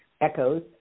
echoes